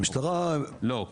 לא,